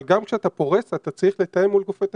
אבל גם כשאתה פורס אתה צריך לתאם מול גופי תשתית.